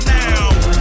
now